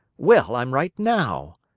well, i'm right now.